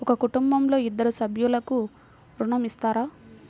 ఒక కుటుంబంలో ఇద్దరు సభ్యులకు ఋణం ఇస్తారా?